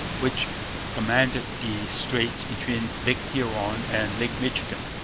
which commanded the straits between lake huron and lake michigan.